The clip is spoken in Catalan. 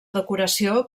decoració